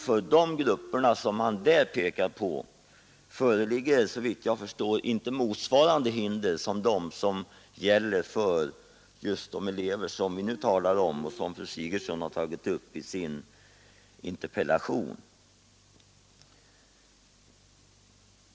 För de grupper som han pekar på föreligger nämligen, såvitt jag förstår, inte samma hinder som för de elever som fru Sigurdsen har talat om i sin interpellation.